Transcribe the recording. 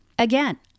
Again